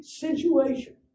situation